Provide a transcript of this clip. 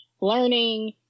learning